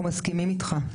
אנחנו מסכימים איתך.